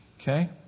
Okay